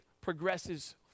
progresses